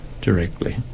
directly